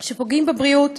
שפוגעים בבריאות,